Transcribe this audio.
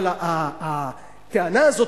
אבל הטענה הזאת,